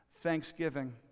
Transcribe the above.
thanksgiving